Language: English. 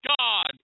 god